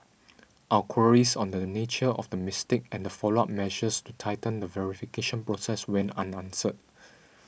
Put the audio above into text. our queries on the nature of the mistake and the follow up measures to tighten the verification process went unanswered